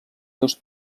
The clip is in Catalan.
seus